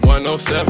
107